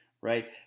right